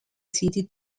city